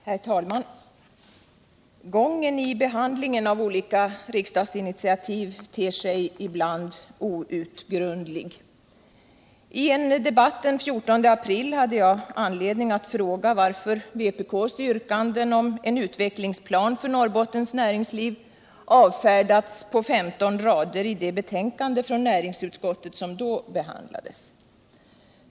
Herr talman! Gången i behandlingen av olika riksdagsinitiativ ter sig ibland outgrundlig. I en debatt den 14 april hade jag anledning att fråga varför vpk:s yrkanden om en utvecklingsplan för Norrbottens näringsliv avfärdats på 15 rader i det betänkande från näringsutskottet som då behandlades.